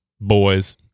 boys